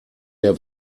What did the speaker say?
der